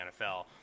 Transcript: NFL